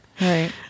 right